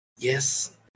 Yes